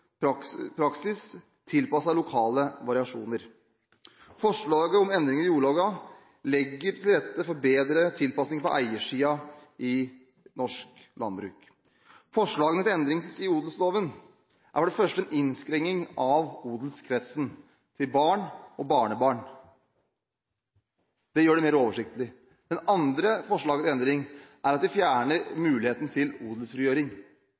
for praksis tilpasset lokale variasjoner. Forslaget om endringer i jordloven legger til rette for bedre tilpasninger på eiersiden i norsk landbruk. Forslagene til endringer i odelsloven er for det første en innskrenking av odelskretsen til barn og barnebarn. Det gjør det mer oversiktlig. Det andre forslaget til endring er at vi fjerner muligheten til odelsfrigjøring.